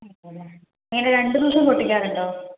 അതെയല്ലേ എങ്ങനെ രണ്ടു ദിവസവും പൊട്ടിക്കാറുണ്ടോ